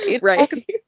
right